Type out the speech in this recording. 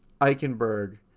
Eichenberg